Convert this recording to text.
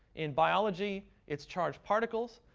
in biology it's charged particles.